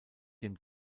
dem